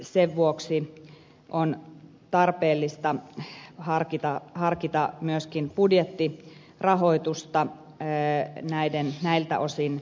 sen vuoksi on tarpeellista harkita myöskin budjettirahoitusta näiltä osin